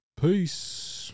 Peace